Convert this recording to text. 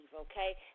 okay